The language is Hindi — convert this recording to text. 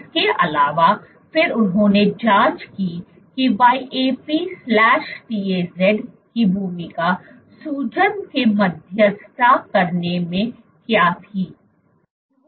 इसके अलावा फिर उन्होंने जाँच की कि YAP TAZ की भूमिका सूजन को मध्यस्थता करने में क्या थी